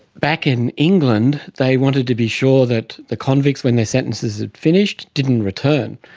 back in england they wanted to be sure that the convicts, when their sentences had finished, didn't return.